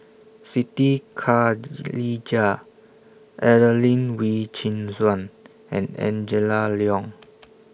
Siti Khalijah Adelene Wee Chin Suan and Angela Liong